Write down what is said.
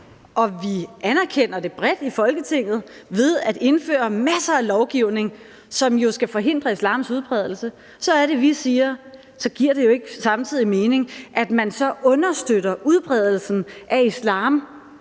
når vi anerkender det bredt i Folketinget ved at indføre masser af lovgivning, som jo skal forhindre islams udbredelse, er det, vi i Nye Borgerlige siger, at det jo ikke samtidig giver mening, at man så understøtter udbredelsen af islam